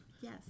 yes